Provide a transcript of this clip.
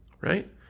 Right